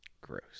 Gross